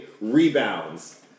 rebounds